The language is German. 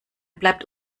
bleibt